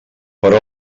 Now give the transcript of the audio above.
però